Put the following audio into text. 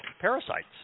parasites